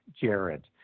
jared